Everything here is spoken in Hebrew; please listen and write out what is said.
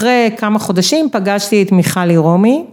‫אחרי כמה חודשים פגשתי ‫את מיכלי רומי.